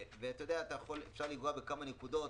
אפשר לנגוע בכמה נקודות,